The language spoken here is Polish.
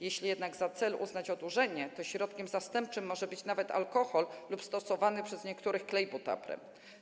Jeśli jednak za cel uznać odurzenie, to środkiem zastępczym może być nawet alkohol lub stosowany przez niektórych klej typu butapren.